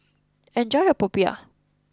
enjoy your Popiah